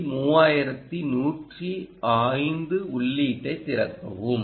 C 3105 உள்ளீட்டைத் திறக்கவும்